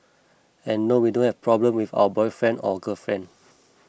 and no we don't have problem with our boyfriend or girlfriend